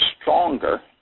stronger